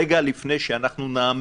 רגע לפני שנעמיק